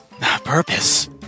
purpose